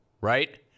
right